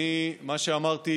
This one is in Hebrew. מה שאמרתי,